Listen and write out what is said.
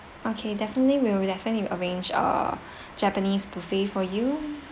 okay definitely will definitely will arrange uh japanese buffet for you